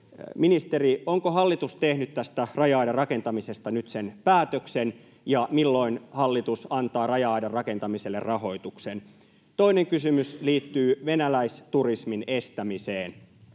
Ministeri, onko hallitus tehnyt tästä raja-aidan rakentamisesta nyt sen päätöksen, ja milloin hallitus antaa raja-aidan rakentamiselle rahoituksen? Toinen kysymys liittyy venäläisturismin estämiseen.